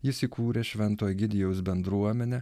jis įkūrė šv egidijaus bendruomenę